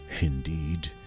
Indeed